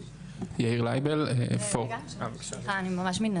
נעם גרדין מתל